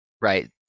right